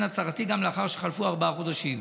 הצהרתי גם לאחר שחלפו ארבעה חודשים,